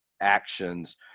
actions